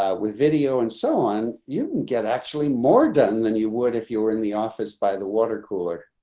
ah with video and so on, you get actually more done than you would if you were in the office by the water cooler.